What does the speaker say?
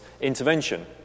intervention